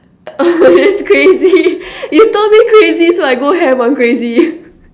it's crazy you told me crazy so I go ham on crazy